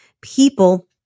people